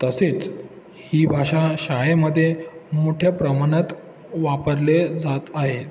तसेच ही भाषा शाळेमध्ये मोठ्या प्रमाणात वापरले जात आहे